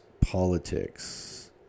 politics